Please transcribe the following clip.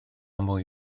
mwy